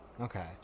Okay